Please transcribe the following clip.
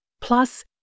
plus